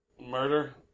Murder